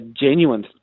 genuine